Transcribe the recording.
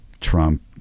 Trump